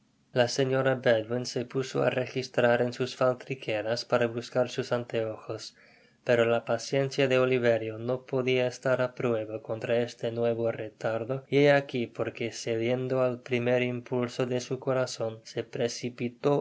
la señora bedwin se puso á registrar en sus faltriqueras para buscar sus anteojos pero la paciencia dp oliverio no podia estar á prueba contra éste nuevo retardo y he aqui porque cediendo al primer impulso de su corazon se precipitó